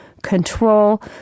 control